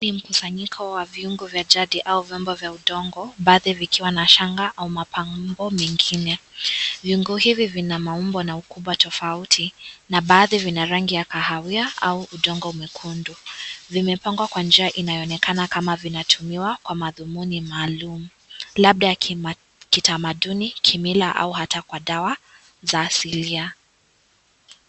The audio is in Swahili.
Huu ni mkusanyiko wa viungo vya jadi au vyombo vya udongo, baadhi vikiwa na shanga au mapambo mengine viungo hivi vina maumbo na ukubwa tofauti na baadhi vina rangi ya kahawia au udongo mwekundu. Vimepangwa kwa njia inayoonekana kama vinatumiwa kwa madhumni maalum labda ya kitamaduni, kimila au hata kwa dawa za asilia.